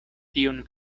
tiun